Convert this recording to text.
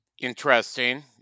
interesting